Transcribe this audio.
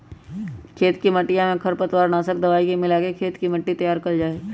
खेत के मटिया में खरपतवार नाशक दवाई मिलाके खेत के मट्टी तैयार कइल जाहई